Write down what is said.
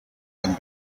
and